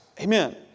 Amen